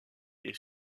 est